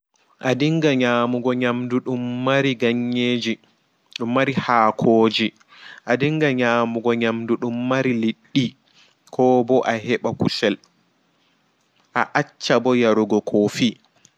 A ɗinga nyamugo nyamɗu ɗum mari ganye ji ɗum mari haako ji a ɗinga nyamugo nyamɗu ɗum mari liɗɗi ko ɓo a heɓa kusel a acca ɓo yarugo coffee.